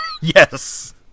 Yes